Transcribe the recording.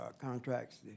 contracts